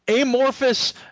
amorphous